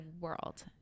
world